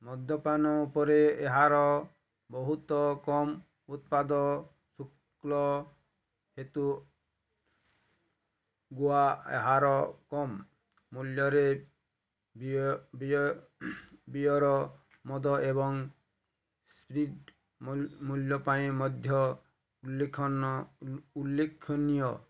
ମଦ୍ୟପାନ ଉପରେ ଏହାର ବହୁତ କମ୍ ଉତ୍ପାଦ ଶୁଳ୍କ ହେତୁ ଗୋଆ ଏହାର କମ୍ ମୂଲ୍ୟର ବିୟ ବିୟ ବିୟର ମଦ ଏବଂ ସ୍ପିରିଟ୍ ମୂ ମୂଲ୍ୟ ପାଇଁ ମଧ୍ୟ ଉଲ୍ଲେଖ ଉଲ୍ଲେଖନୀୟ